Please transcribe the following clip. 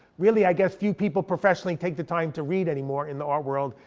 really i guess few people professionally take the time to read anymore in the art world.